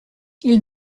ils